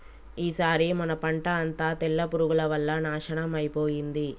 ఈసారి మన పంట అంతా తెల్ల పురుగుల వల్ల నాశనం అయిపోయింది